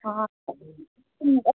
ꯑꯥ